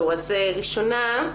ראשונה,